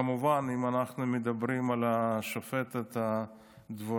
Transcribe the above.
וכמובן שאם אנחנו מדברים על השופטת הרביעית,